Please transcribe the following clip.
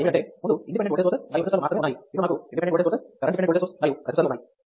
ఇప్పుడు మాకు independent voltage sources current dependent voltage source మరియు రెసిస్టర్లు ఉన్నాయి